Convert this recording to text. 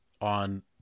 on